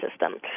system